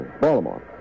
Baltimore